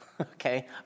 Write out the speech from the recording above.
Okay